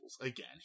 Again